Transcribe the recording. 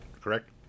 correct